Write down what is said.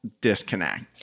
disconnect